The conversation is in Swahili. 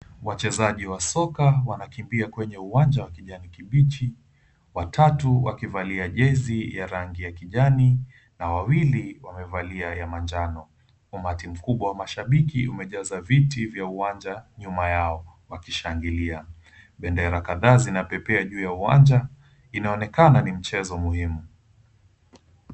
Wachezaji wa soka wanakimbia kwenye uwanja wa kijani kibichi , watatu wakivalia jersey ya rangi ya kijani na wawili wamevalia ya manjano. Umati mkubwa wa mashabiki umejaza viti vya uwanja nyuma yao wakishangilia. Bendera kadhaa zinapepea juu ya uwanja inaonekana ni mchezo muhimu.